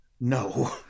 No